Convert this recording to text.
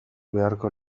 beharko